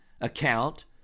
account